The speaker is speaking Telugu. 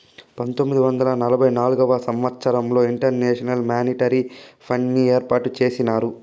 పంతొమ్మిది వందల నలభై నాల్గవ సంవచ్చరంలో ఇంటర్నేషనల్ మానిటరీ ఫండ్ని ఏర్పాటు చేసినారు